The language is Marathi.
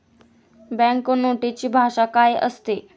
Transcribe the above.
बँक नोटेची भाषा काय असते?